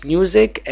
Music